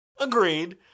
Agreed